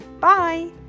Bye